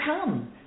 come